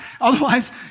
otherwise